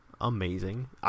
Amazing